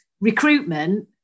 recruitment